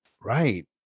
Right